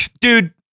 dude